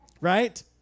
Right